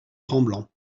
tremblant